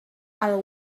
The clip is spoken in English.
other